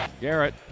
Garrett